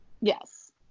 Yes